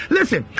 Listen